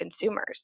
consumers